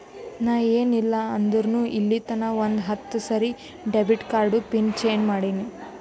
ನಾ ಏನ್ ಇಲ್ಲ ಅಂದುರ್ನು ಇಲ್ಲಿತನಾ ಒಂದ್ ಹತ್ತ ಸರಿ ಡೆಬಿಟ್ ಕಾರ್ಡ್ದು ಪಿನ್ ಚೇಂಜ್ ಮಾಡಿನಿ